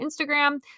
Instagram